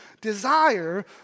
desire